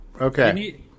Okay